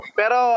pero